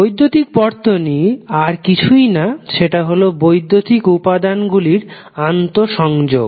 বৈদ্যুতিক বর্তনীর আর কিছুই না সেটা হল বৈদ্যুতিক উপাদান গুলির আন্তঃসংযোগ